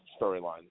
storyline